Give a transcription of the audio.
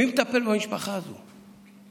מי מטפל במשפחה הזאת?